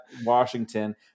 Washington